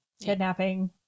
kidnapping